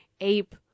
Ape